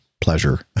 pleasure